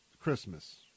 Christmas